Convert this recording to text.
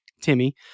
Timmy